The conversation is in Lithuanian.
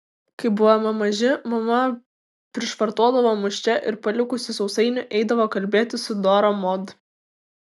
kai buvome maži mama prišvartuodavo mus čia ir palikusi sausainių eidavo kalbėtis su dora mod